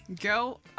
Go